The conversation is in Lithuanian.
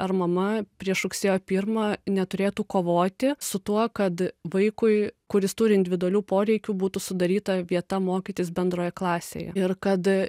ar mama prieš rugsėjo pirmą neturėtų kovoti su tuo kad vaikui kuris turi individualių poreikių būtų sudaryta vieta mokytis bendroje klasėje ir kad